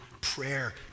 prayer